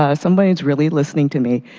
ah somebody is really listening to me.